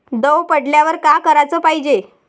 दव पडल्यावर का कराच पायजे?